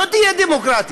לא תהיה דמוקרטיה.